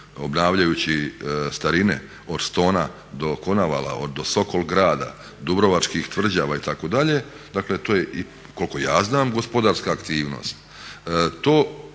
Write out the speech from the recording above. obnavljajući starine od Stona do Konavala, do Sokol grada, Dubrovačkih tvrđava itd., dakle to je koliko ja znam gospodarska aktivnost.